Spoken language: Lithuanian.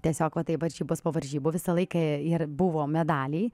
tiesiog va taip varžybos po varžybų visą laiką ir buvo medaliai